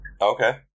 Okay